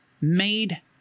made